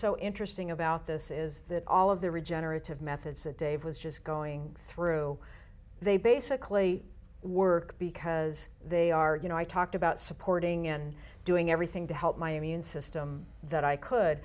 so interesting about this is that all of the regenerative methods that dave was just going through they basically work because they are you know i talked about supporting and doing everything to help my immune system that i could